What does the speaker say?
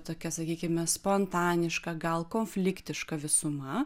tokia sakykime spontaniška gal konfliktiška visuma